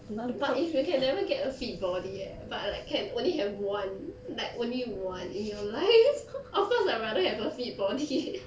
but if you can never get a fit body eh but like can only have one like only one in your life of course I rather have a fit body